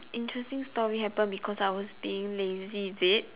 interesting story happen because I was being lazy is it